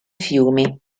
fiumi